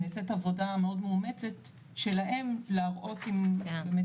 נעשית עבודה מאוד מאומצת שלהם להראות אם באמת